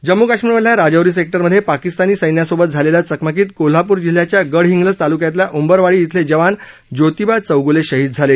जम्म् काश्मीरमधल्या राजौरी सेक्टरमध्ये पाकिस्तानी सैन्यासोबत झालेल्या चकमकीत कोल्हापूर जिल्ह्याच्या गडहिंग्लज तालूक्यातल्या उंबरवाडी इथले जवान जोतिबा चौगूले शहीद झाले